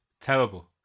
Terrible